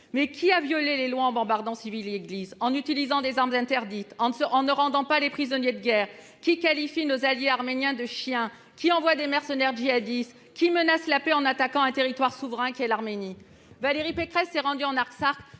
Mais qui a violé les lois en bombardant civils et églises, en utilisant des armes interdites, en ne rendant pas les prisonniers de guerre ? Qui qualifie nos alliés arméniens de « chiens »? Qui envoie des mercenaires djihadistes ? Qui menace la paix en attaquant ce territoire souverain qu'est l'Arménie ? Valérie Pécresse s'est rendue en Artsakh,